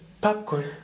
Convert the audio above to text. popcorn